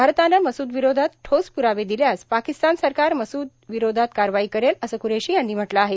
भारतानं मसूद विरोधात ठोस पुरावे दिल्यास पाकिस्तान सरकार मसूदविरोधात कारवाई करेल असं कुरैशी यांनी म्हटलं आहे